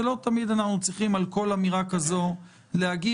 ולא תמיד אנחנו צריכים על כל אמירה כזו להגיב.